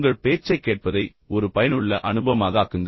உங்கள் பேச்சைக் கேட்பதை ஒரு பயனுள்ள அனுபவமாக ஆக்குங்கள்